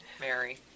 mary